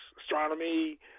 astronomy